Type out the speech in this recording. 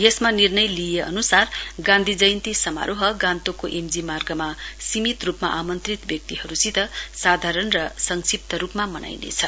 यसमा निर्णय लिइए अनुसार गान्धी जयन्ती समारोह गान्तोकको एमजी मार्गमा सीमित रूपमा आमन्त्रित व्यक्तिहरूसित साधारण र संक्षिप्त रूपमा मनाइने छ